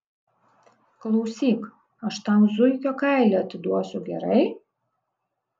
klausyk aš tau zuikio kailį atiduosiu gerai